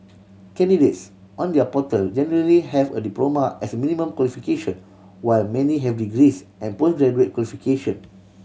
candidates on their portal generally have a diploma as a minimum qualification while many have degrees and post graduate qualification